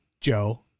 Joe